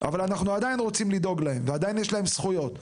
אבל אנחנו עדיין רוצים לדאוג להם ועדיין יש להם זכויות,